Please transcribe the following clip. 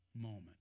moment